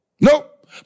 Nope